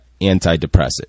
antidepressant